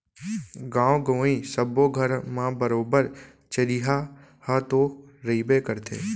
गॉंव गँवई सब्बो घर म बरोबर चरिहा ह तो रइबे करथे